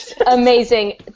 amazing